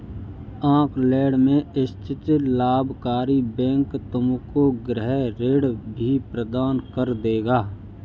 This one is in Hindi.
ऑकलैंड में स्थित लाभकारी बैंक तुमको गृह ऋण भी प्रदान कर देगा